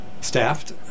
staffed